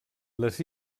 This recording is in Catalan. les